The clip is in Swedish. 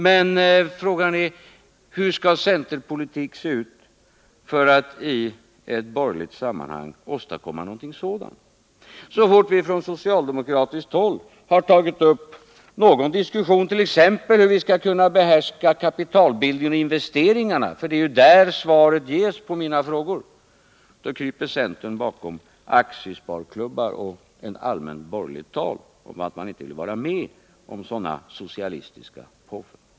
Men frågan är: Hur skall centerpolitik se ut för att i ett borgerligt sammanhang åtstadkomma någonting sådant? Så fort vi från socialdemokratiskt håll har tagit upp en diskussion, t.ex. om hur vi skall kunna behärska kapitalbildningen och investeringarna — för det är ju där svaret ges på mina frågor — så kryper centern bakom aktiesparklubbar och allmänt borgerligt tal om att man inte vill vara med om sådana socialistiska påfund.